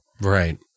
Right